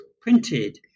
printed